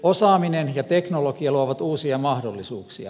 osaaminen ja teknologia luovat uusia mahdollisuuksia